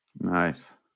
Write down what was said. Nice